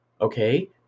okay